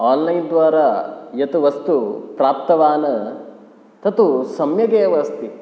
online द्वारा यत् वस्तु प्राप्तवान् तत्तु सम्यगेव अस्ति